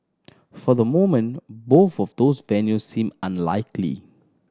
for the moment both of those venues seem unlikely